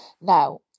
Now